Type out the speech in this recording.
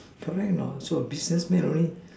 correct not so a business man already